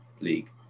league